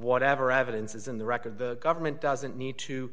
whatever evidence is in the record the government doesn't need to